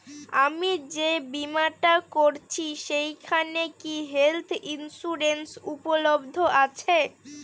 আমি যে বীমাটা করছি সেইখানে কি হেল্থ ইন্সুরেন্স উপলব্ধ আছে?